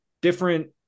different